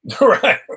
Right